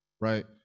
right